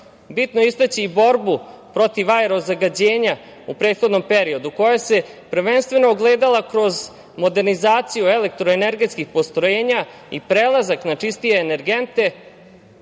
bitno istaći i borbu protiv aero zagađenja u prethodnom periodu, koje se prvenstveno ogledala kroz modernizaciju elektroenergetskih postrojenja i prelazak na čistije energente,